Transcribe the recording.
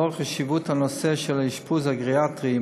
לאור חשיבות נושא האשפוז הגריאטרי,